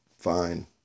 fine